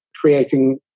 creating